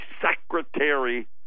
Secretary